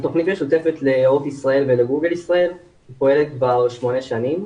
התוכנית משותפת לאורט ישראל ולגוגל ישראל ועובדת כבר שמונה שנים?